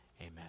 Amen